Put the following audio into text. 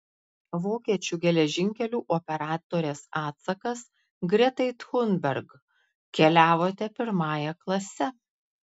vokiečių geležinkelių operatorės atsakas gretai thunberg keliavote pirmąja klase